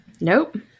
nope